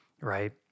right